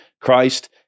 Christ